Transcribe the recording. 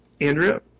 Andrea